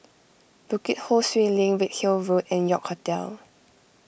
Bukit Ho Swee Link Redhill Road and York Hotel